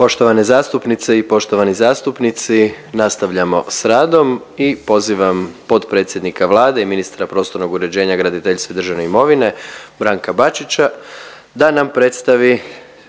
Poštovane zastupnice i poštovani zastupnici nastavljamo s radom i pozivam potpredsjednika Vlade i ministra prostornog uređenja, graditeljstva i državne imovine Branka Bačića da nam predstavi